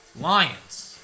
Lions